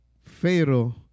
Pharaoh